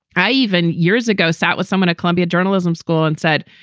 i even years ago sat with someone at columbia journalism school and said,